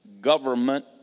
government